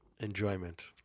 enjoyment